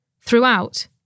Throughout